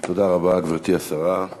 תודה רבה, גברתי השרה.